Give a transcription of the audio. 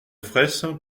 fraysse